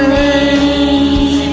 a